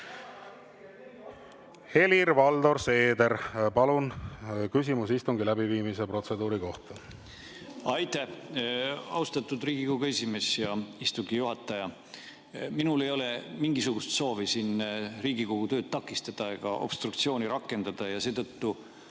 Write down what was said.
Helir-Valdor Seeder, palun! Küsimusi istungi läbiviimise protseduuri kohta. Aitäh, austatud Riigikogu esimees ja istungi juhataja! Minul ei ole mingisugust soovi siin Riigikogu tööd takistada ega obstruktsiooni rakendada. Seetõttu